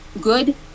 Good